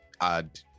add